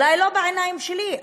אולי לא בעיניים שלי,